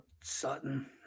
Sutton